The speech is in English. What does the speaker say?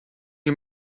you